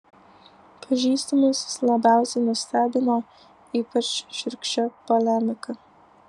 pažįstamus jis labiausiai nustebino ypač šiurkščia polemika